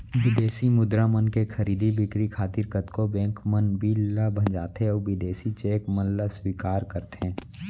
बिदेसी मुद्रा मन के खरीदी बिक्री खातिर कतको बेंक मन बिल ल भँजाथें अउ बिदेसी चेक मन ल स्वीकार करथे